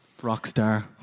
Rockstar